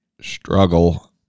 struggle